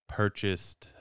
purchased